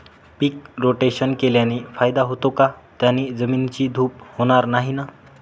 पीक rotation केल्याने फायदा होतो का? त्याने जमिनीची धूप होणार नाही ना?